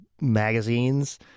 magazines